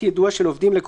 אינן